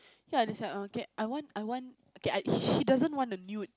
ya there's like err can I want I want okay I he he doesn't want a nude